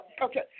Okay